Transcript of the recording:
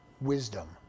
wisdom